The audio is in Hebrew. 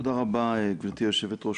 תודה רבה, גברתי היושבת-ראש.